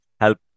help